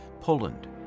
Poland